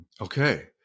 Okay